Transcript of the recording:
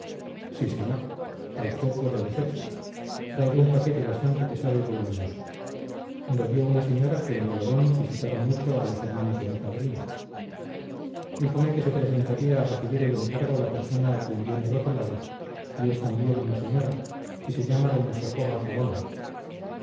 sí señor a usted puedo decírselo traigo un paquete bastante pesado y voluminoso me lo dio una señora que en olorón visitaba mucho a los hermanos de mi padrino díjome que se presentaría a recibir el encargo la persona a quien viene rotulado y es también una señora y se llama doña jacoba zahón